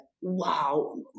wow